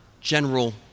general